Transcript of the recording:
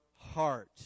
heart